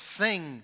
sing